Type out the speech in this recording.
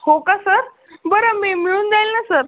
हो का सर बरं मि मिळून जाईल ना सर